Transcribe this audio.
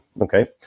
Okay